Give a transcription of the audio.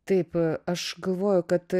taip aš galvoju kad